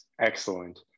excellent